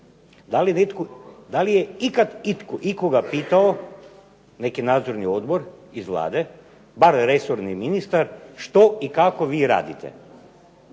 Da li je ikad itko ikoga pitao, neki nadzorni odbor iz Vlade, bar resorni ministar, što i kako vi radite?